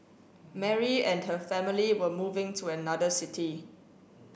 Mary and her family were moving to another city